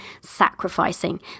sacrificing